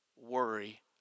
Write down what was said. worry